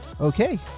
Okay